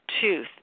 tooth